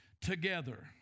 together